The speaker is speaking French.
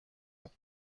ans